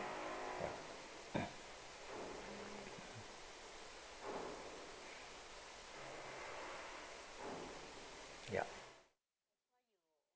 ya